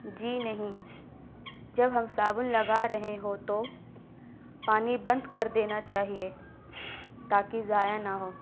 جی نہیں جب ہم صابن لگا رہے ہو تو پانی بند کر دینا چاہیے تاکہ ضائع نہ ہو